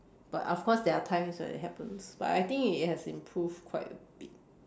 but of course there are times when it happens but I think it has improved quite a bit